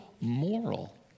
moral